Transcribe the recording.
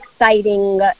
exciting